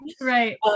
Right